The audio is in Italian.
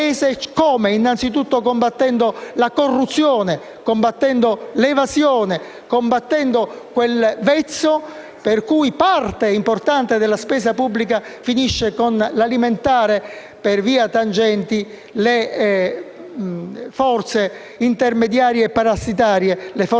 per cui parte importante della spesa pubblica finisce con l'alimentare, per via di tangenti, le forze intermediarie parassitarie, le forze peggiori della nostra borghesia nazionale. Questo dovrebbe essere il *deal*. E se questo fosse il contratto con l'Europa, la parola